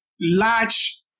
large